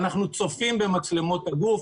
אנחנו צופים במצלמות הגוף.